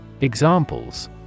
Examples